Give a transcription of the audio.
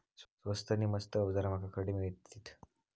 स्वस्त नी मस्त अवजारा माका खडे मिळतीत?